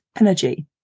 energy